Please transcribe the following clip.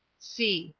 c.